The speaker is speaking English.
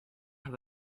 have